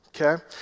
Okay